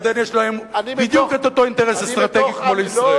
ולסעודיה ולירדן יש בדיוק את אותו אינטרס אסטרטגי כמו לישראל.